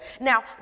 Now